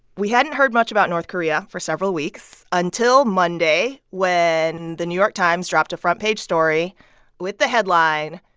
we hadn't heard much about north korea for several weeks until monday, when the new york times dropped a front page story with the headline,